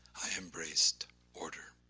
i embraced order.